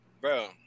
Bro